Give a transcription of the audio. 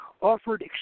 offered